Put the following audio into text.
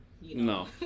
no